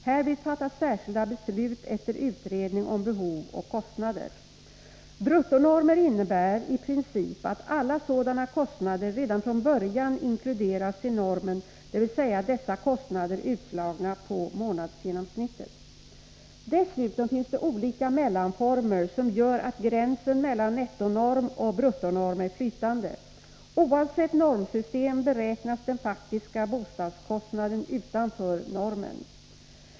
Härvid fattas särskilda beslut efter utredning om behov och kostnader. Bruttonormer innebär, i princip, att alla sådana kostnader redan från början inkluderas i normen, dvs. dessa kostnader utslagna på månadsgenomsnitt. Dessutom finns det olika mellanformer, som gör att gränsen mellan nettonorm och bruttonorm är flytande. Oavsett normsystem beräknas den faktiska bostadskostnaden utanför normen.